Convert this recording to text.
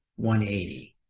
180